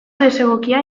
desegokia